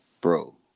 Bro